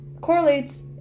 correlates